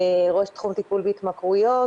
ראש תחום טיפול בהתמכרויות.